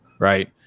right